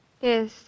Yes